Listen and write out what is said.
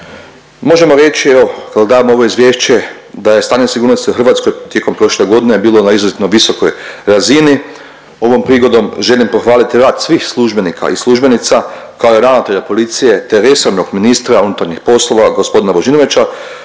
Možemo reći evo kad gledamo ovo izvješće da je stanje sigurnosti u Hrvatskoj tijekom prošle godine bilo na izuzetno visokoj razini. Ovom prigodom želim pohvaliti rad svih službenika i službenika kao ravnatelja policije te resornog ministra unutarnjih poslova gospodina Božinovića